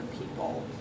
people